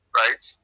right